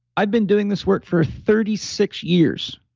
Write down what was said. i've been doing this work for thirty six years.